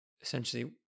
essentially